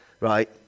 right